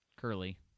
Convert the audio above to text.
Curly